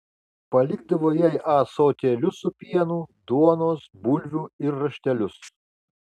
palikdavo jai ąsotėlius su pienu duonos bulvių ir raštelius